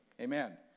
Amen